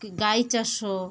ଗାଈ ଚାଷ